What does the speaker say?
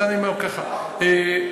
הרבנות הראשית, לא רבנים ראשיים.